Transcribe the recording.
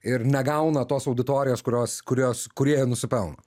ir negauna tos auditorijos kurios kurios kūrėjai nusipelno